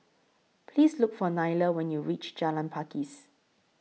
Please Look For Nylah when YOU REACH Jalan Pakis